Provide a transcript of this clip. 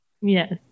Yes